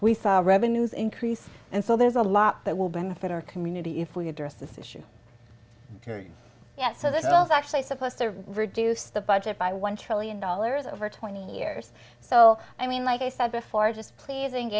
thought revenues increased and so there's a lot that will benefit our community if we address this issue yet so this is actually supposed to reduce the budget by one trillion dollars over twenty years so i mean like i said before i just pleasing